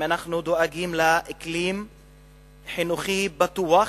אם אנחנו דואגים לאקלים חינוכי בטוח,